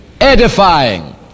edifying